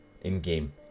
in-game